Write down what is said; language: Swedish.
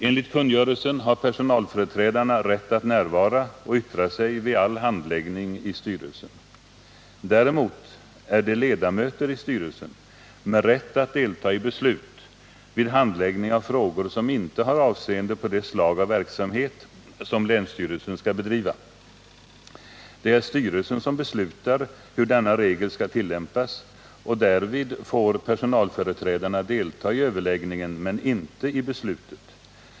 Enligt kungörelsen har personalföreträdarna rätt att närvara och yttra sig vid all handläggning i styrelsen. Däremot är de ledamöter i styrelsen, med rätt att delta i beslut, vid handläggning av frågor som inte har avseende på det slag av verksamhet som länsstyrelsen skall bedriva. Det är styrelsen som beslutar hur denna regel skall tillämpas, och därvid får personalföreträdarna delta i överläggningen men inte i beslutet.